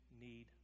need